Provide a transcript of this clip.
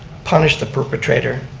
punish the perpetrator,